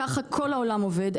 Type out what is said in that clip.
ככה כל העולם עובד,